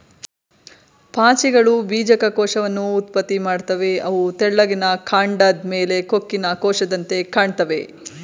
ಪಾಚಿಗಳು ಬೀಜಕ ಕೋಶವನ್ನ ಉತ್ಪತ್ತಿ ಮಾಡ್ತವೆ ಅವು ತೆಳ್ಳಿಗಿನ ಕಾಂಡದ್ ಮೇಲೆ ಕೊಕ್ಕಿನ ಕೋಶದಂತೆ ಕಾಣ್ತಾವೆ